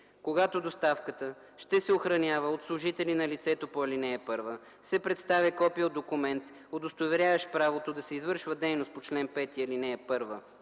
когато доставката ще се охранява от служители на лицето по ал. 1, се представя копие от документ, удостоверяващ правото да се извършва дейност по чл. 5, ал. 1,